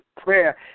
prayer